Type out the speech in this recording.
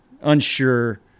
unsure